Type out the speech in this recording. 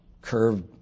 curved